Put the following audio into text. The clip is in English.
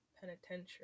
Penitentiary